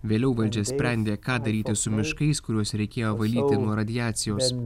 vėliau valdžia sprendė ką daryti su miškais kuriuos reikėjo valyti nuo radiacijos